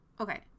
okay